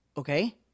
Okay